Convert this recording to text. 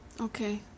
Okay